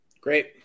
Great